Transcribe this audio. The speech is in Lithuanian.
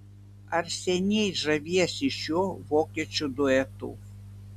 ar seniai žaviesi šiuo vokiečių duetu